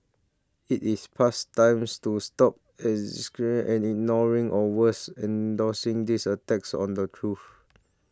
it is past times to stop as and ignoring or worse endorsing these attacks on the truth